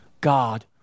God